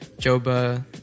Joba